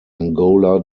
angola